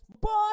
boy